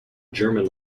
german